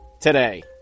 today